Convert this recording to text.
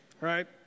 Right